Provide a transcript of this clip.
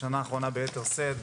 בשנה האחרונה ביתר שאת,